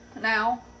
Now